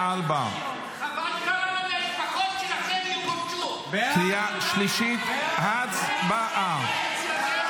2024. קריאה שלישית, הצבעה.